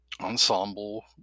ensemble